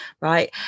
right